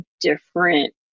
different